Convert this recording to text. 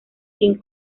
king